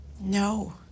No